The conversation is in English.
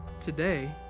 today